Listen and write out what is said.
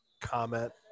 comment